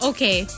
Okay